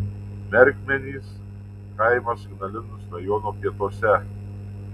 merkmenys kaimas ignalinos rajono pietuose